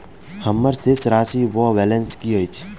हम्मर शेष राशि वा बैलेंस की अछि?